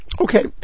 Okay